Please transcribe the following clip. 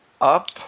up